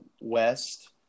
West